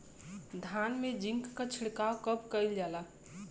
धान में जिंक क छिड़काव कब कइल जाला?